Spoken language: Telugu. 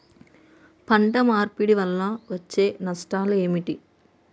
పంట మార్పిడి వల్ల వచ్చే నష్టాలు ఏమిటి?